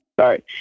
sorry